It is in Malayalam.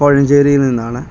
കോഴഞ്ചേരിയിൽ നിന്നാണ്